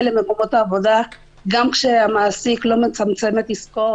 למקומות עבודה גם כשהמעסיק לא מצמצם את עסקו,